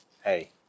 hey